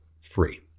free